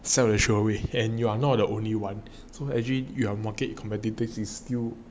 ~ and you are not the only one actually you are market competitiveness is still